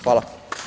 Hvala.